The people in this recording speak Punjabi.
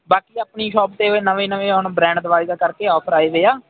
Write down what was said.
ਬਾਕੀ ਆਪਣੀ ਸ਼ੋਪ 'ਤੇ ਨਵੇਂ ਨਵੇਂ ਹੁਣ ਬ੍ਰਾਂਡ ਦਿਵਾਲੀ ਦਾ ਕਰਕੇ ਆਫਰ ਆਏ ਹੋਏ ਆ